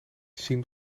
zien